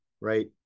right